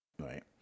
Right